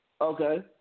Okay